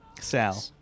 Sal